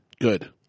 Good